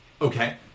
Okay